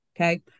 okay